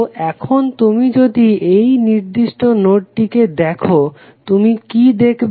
তো এখন তুমি যদি এই নির্দিষ্ট নোডটিকে দেখো তুমি কি দেখবে